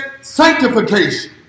sanctification